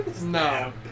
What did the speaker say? No